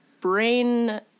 brain